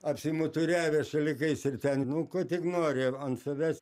apsimuturiavę šalikais ir ten nu kuo tik nori ant savęs